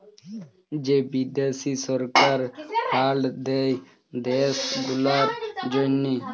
যে বিদ্যাশি সরকার ফাল্ড দেয় দ্যাশ গুলার জ্যনহে